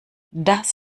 das